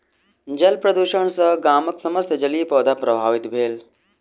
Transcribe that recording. जल प्रदुषण सॅ गामक समस्त जलीय पौधा प्रभावित भेल